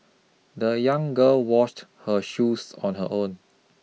the young girl washed her shoes on her own